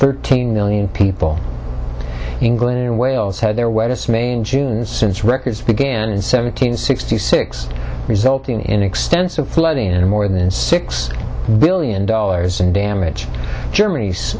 thirteen million people england and wales had their way to smain june since records began in seventeen sixty six resulting in extensive flooding and more than six billion dollars in damage germany's